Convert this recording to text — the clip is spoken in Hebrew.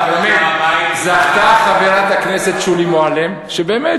זכתה חברת הכנסת שולי מועלם שבאמת,